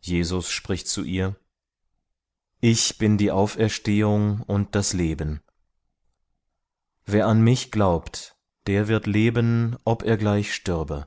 jesus spricht zu ihr ich bin die auferstehung und das leben wer an mich glaubt der wird leben ob er gleich stürbe